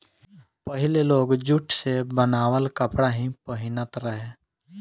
पहिले लोग जुट से बनावल कपड़ा ही पहिनत रहे